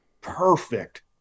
perfect